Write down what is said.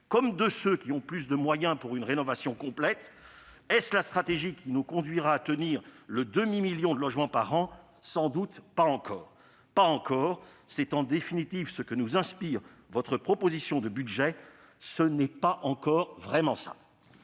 et de ceux qui ont plus de moyens pour une rénovation complète ? Est-ce la stratégie qui nous conduira à tenir le demi-million de logements par an ? Sans doute pas encore. « Pas encore », c'est en définitive ce que nous inspire votre projet de budget : ce n'est pas encore vraiment ça